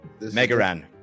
Megaran